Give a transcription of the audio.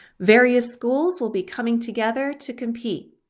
various schools will be coming together to compete.